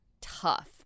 tough